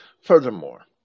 Furthermore